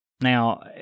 Now